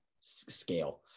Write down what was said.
scale